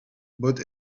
bought